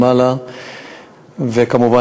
וכמובן,